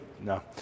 No